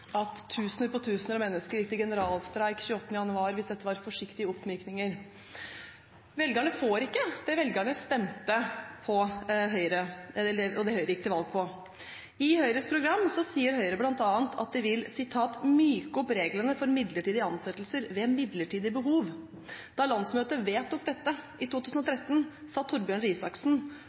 at tusener på tusener av mennesker gikk til generalstreik 28. januar – hvis dette er forsiktige oppmykninger. Velgerne får ikke det de stemte på, og det Høyre gikk til valg på. I sitt program sier Høyre bl.a. at de vil «myke opp reglene for midlertidige ansettelser ved midlertidige behov». Da landsmøtet vedtok dette i 2013, sa Torbjørn Røe Isaksen: